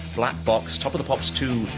black box. top of the pop's two,